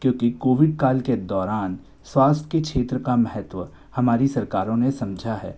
क्योंकि कोविड काल के दौरान स्वास्थ्य के क्षेत्र का महत्व हमारी सरकारों ने समझा है